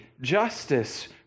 justice